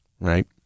right